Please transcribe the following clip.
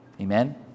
Amen